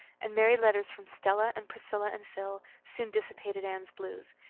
and merry letters from stella and priscilla and phil soon dissipated anne's blues.